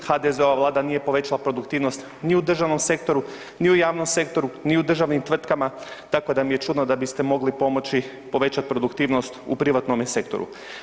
HDZ-ova vlada nije povećala produktivnost ni u državnom sektoru, ni u javnom sektoru, ni u državnim tvrtkama, tako da mi je čudno da biste mogli povećat produktivnost u privatnome sektoru.